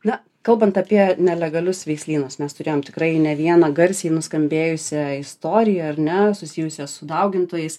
na kalbant apie nelegalius veislynus mes turėjom tikrai ne vieną garsiai nuskambėjusią istoriją ar ne susijusią su daugintojais